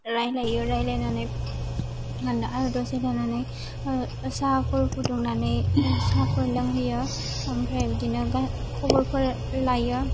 रायलायो रायलायनानै आर दसे थानानै साहाफोर फुदुंनानै साहाफोर लोंहोयो आमफ्राय बिदिनो खबरफोर लायो